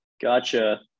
Gotcha